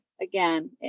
again